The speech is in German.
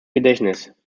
gedächtnis